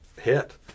hit